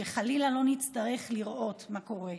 שחלילה לא נצטרך לראות מה קורה,